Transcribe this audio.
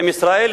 אם ישראל,